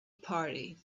party